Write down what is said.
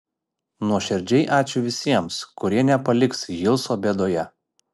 nuoširdžiai ačiū visiems kurie nepaliks hilso bėdoje